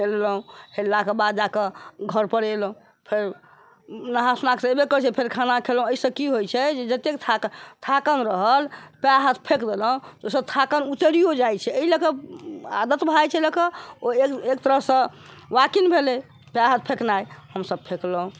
हेललहुँ हेललाके बाद जा कऽ घरपर एलहुँ फेर नहा सुना कऽ एबे करैत छियै फेर खाना खेलहुँ एहिसँ की होइत छै जे जतेक थाकल थाकल रहल पएर हाथ फेक देलहुँ सब थाकन उतैरो जाइत छै लोककेँ आदत भऽ जाइत छै लोककेँ ओ एकतरहसँ वाकिंग भेलै पएर हाथ फेकनाइ हमसभ फेकलहुँ